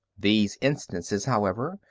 these instances, however,